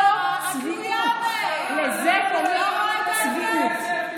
איזו צביעות, לזה קוראים צביעות.